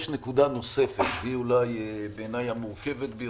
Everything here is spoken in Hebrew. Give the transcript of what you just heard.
יש נקודה נוספת והיא בעיניי המורכבת ובעיניי